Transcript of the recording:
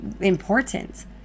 important